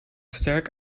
sterk